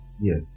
Yes